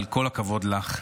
אבל כל הכבוד לך,